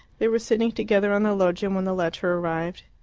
they were sitting together on the loggia when the letter arrived.